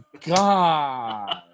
God